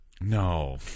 No